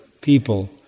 people